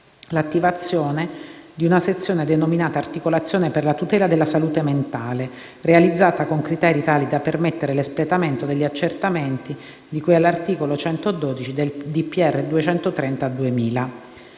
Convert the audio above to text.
l'attivazione di una sezione denominata «Articolazione per la tutela della salute mentale», realizzata con criteri tali da permettere l'espletamento degli accertamenti di cui all'articolo 112 del decreto